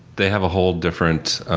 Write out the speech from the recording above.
they have a whole different